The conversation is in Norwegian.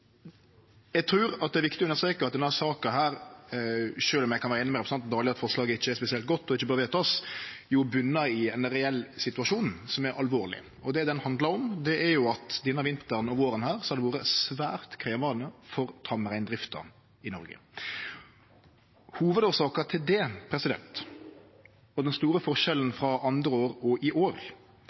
Eg trur det er viktig å understreke at denne saka – sjølv om eg kan vere einig med representanten Dale i at forslaget ikkje er spesielt godt, og ikkje bør verte vedteke – botnar i ein reell situasjon som er alvorleg. Det ho handlar om, er at denne vinteren og våren har vore svært krevjande for tamreindrifta i Noreg. Hovudårsaka til det, og den store forskjellen frå andre år til i år,